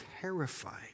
terrified